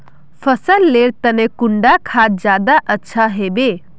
फसल लेर तने कुंडा खाद ज्यादा अच्छा हेवै?